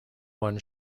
one